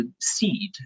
seed